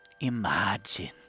Imagine